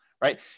right